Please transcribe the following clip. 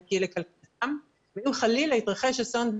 אם חלילה יתרחש אסון,